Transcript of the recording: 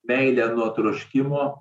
meilę nuo troškimo